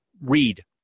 read